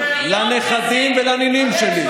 לנכדים ולנינים שלי,